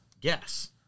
guess